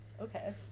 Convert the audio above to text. okay